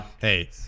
Hey